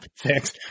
Thanks